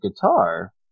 guitar